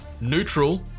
neutral